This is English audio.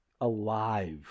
alive